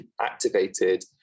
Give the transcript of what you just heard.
activated